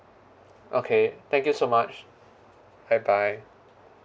okay thank you so much bye bye